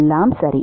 எல்லாம் சரி